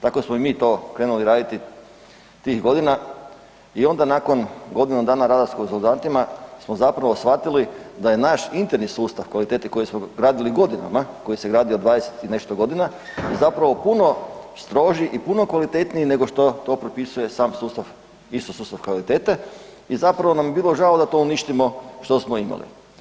Tako smo i mi to krenuli raditi tih godina i onda nakon godinu dana rada s konzultantima smo zapravo shvatili da je naš interni sustav kvalitete koju smo radili godinama, koji se gradio 20 i nešto godina zapravo puno stroži i puno kvalitetniji nego što to propisuje sam sustav ISO sustav kvalitete i zapravo bi nam bilo žao da uništimo što smo imali.